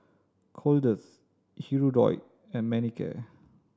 Kordel's Hirudoid and Manicare